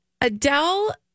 Adele